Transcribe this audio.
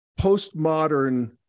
postmodern